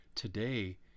Today